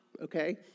okay